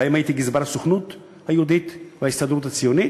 שבהן הייתי גזבר הסוכנות היהודית וההסתדרות הציונית,